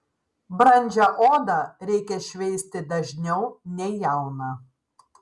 brandžią odą reikia šveisti dažniau nei jauną